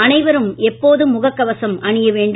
அனைவரும் எப்போதும் முகக் கவசம் அணிய வேண்டும்